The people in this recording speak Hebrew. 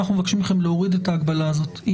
אנחנו מבקשים מכם להוריד את ההגבלה הזאת.